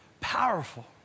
Powerful